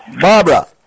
Barbara